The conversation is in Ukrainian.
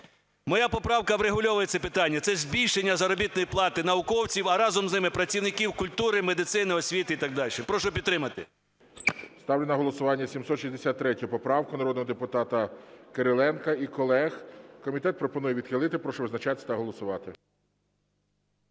Моя поправка врегульовує це питання. Це збільшення заробітної плати науковців, а разом з ними працівників культури, медицини, освіти і так далі. Прошу підтримати. ГОЛОВУЮЧИЙ. Ставлю на голосування 763 поправку народного депутата Кириленка і колег. Комітет пропонує відхилити. Прошу визначатись та голосувати.